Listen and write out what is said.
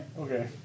okay